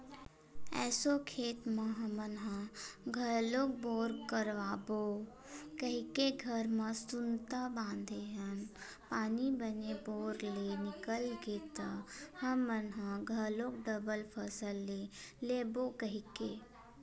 एसो खेत म हमन ह घलोक बोर करवाबो कहिके घर म सुनता बांधे हन पानी बने बोर ले निकल गे त हमन ह घलोक डबल फसल ले लेबो कहिके